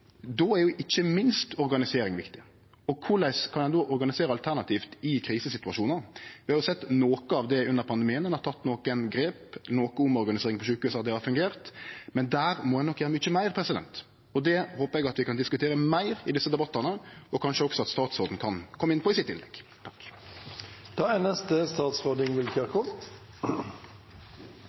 Då er ikkje minst organisering viktig. Og korleis kan ein organisere alternativt i krisesituasjonar? Vi har sett noko av det under pandemien, ein har teke nokre grep, noko omorganisering på sjukehusa har fungert. Men der må ein nok gjere mykje meir, og det håpar eg vi kan diskutere meir i desse debattane, og kanskje også at statsråden kan kome inn på det i sitt